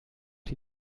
die